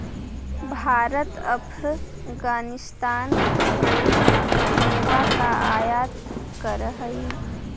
भारत अफगानिस्तान से मेवा का आयात करअ हई